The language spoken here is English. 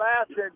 lasted